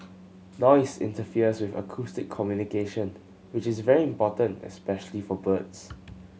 noise interferes with acoustic communication which is very important especially for birds